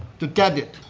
to get it.